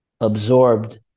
absorbed